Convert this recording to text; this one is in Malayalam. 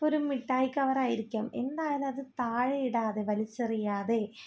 ഇപ്പോഴൊരു മിട്ടായി കവറായിരിക്കാം എന്തായാലും അത് താഴയിടാതെ വലിച്ചെറിയാതെ